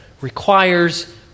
requires